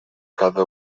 cada